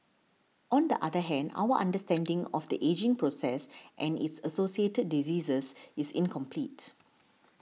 on the other hand our understanding of the ageing process and its associated diseases is incomplete